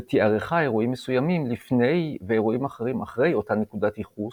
ותיארכה אירועים מסוימים לפני ואירועים אחרים אחרי אותה נקודת ייחוס,